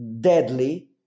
deadly